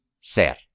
ser